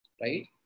right